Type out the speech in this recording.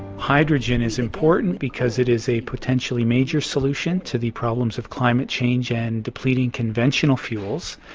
hydrogen is important because it is a potentially major solution to the problems of climate change and depleting conventional fuels.